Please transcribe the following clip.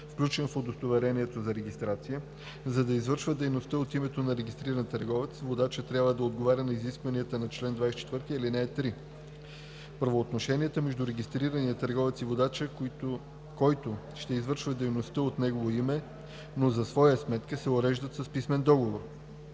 включен в удостоверението за регистрация. За да извършва дейността от името на регистрирания търговец, водачът трябва да отговаря на изискванията на чл. 24, ал. 3. Правоотношенията между регистрирания търговец и водача, който ще извършва дейността от негово име, но за своя сметка се уреждат с писмен договор.